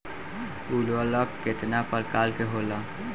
उर्वरक केतना प्रकार के होला?